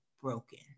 broken